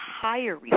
higher